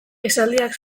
esaldiak